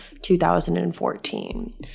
2014